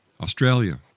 Australia